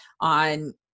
on